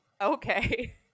okay